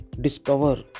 discover